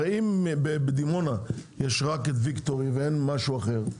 הרי אם בדימונה יש רק את ויקטורי ואין משהו אחר,